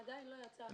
עדיין לא יצאה החלטה.